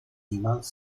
niemals